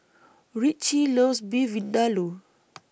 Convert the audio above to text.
Ritchie loves Beef Vindaloo